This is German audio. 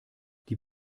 die